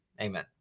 Amen